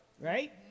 right